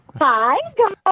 Hi